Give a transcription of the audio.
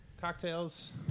cocktails